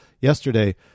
yesterday